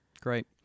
Great